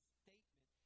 statement